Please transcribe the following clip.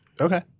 Okay